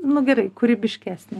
nu gerai kūrybiškesnė